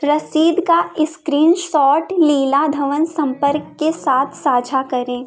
रसीद का इस्क्रीनसॉट लीला धवन सम्पर्क के साथ साझा करें